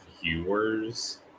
viewer's